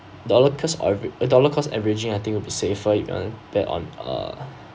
dollar cost ave~ dollar cost averaging I think would be safer if you want bet on uh